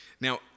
Now